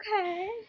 okay